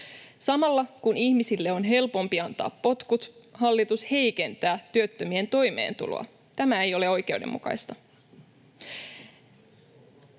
Samalla kun ihmisille on helpompi antaa potkut, hallitus heikentää työttömien toimeentuloa. Tämä ei ole oikeudenmukaista.